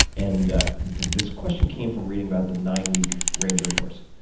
and ah this question came from reading about the nine-week ranger course.